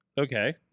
Okay